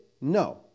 No